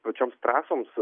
pačioms trąsoms